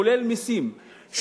כולל מסים,